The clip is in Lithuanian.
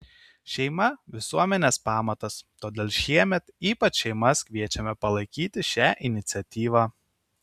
šeima visuomenės pamatas todėl šiemet ypač šeimas kviečiame palaikyti šią iniciatyvą